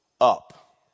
up